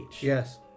yes